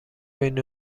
بین